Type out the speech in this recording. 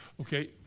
Okay